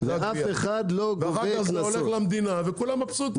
ואחר כך זה הולך למדינה וכולם מבסוטים.